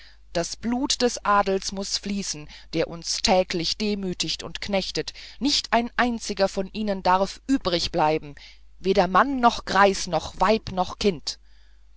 das blut des adels muß fließen der uns täglich demütigt und knechtet nicht ein einziger von ihnen darf übrigbleiben weder mann noch greis noch weib noch kind